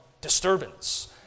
disturbance